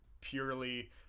purely